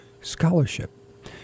Scholarship